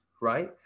right